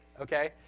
okay